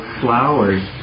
flowers